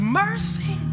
mercy